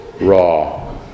raw